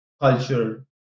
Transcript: culture